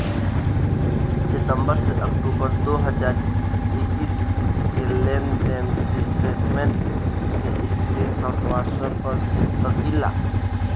सितंबर से अक्टूबर दो हज़ार इक्कीस के लेनदेन स्टेटमेंट के स्क्रीनशाट व्हाट्सएप पर भेज सकीला?